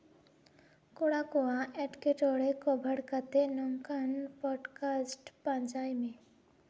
ᱠᱚᱲᱟ ᱠᱚᱣᱟᱜ ᱮᱸᱴᱠᱮᱴᱚᱬᱮ ᱠᱚᱵᱷᱟᱨ ᱠᱟᱛᱮᱫ ᱱᱚᱝᱠᱟᱱ ᱯᱚᱰᱠᱟᱥᱴ ᱯᱟᱸᱡᱟᱭ ᱢᱮ